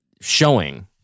showing